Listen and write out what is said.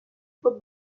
for